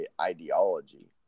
ideology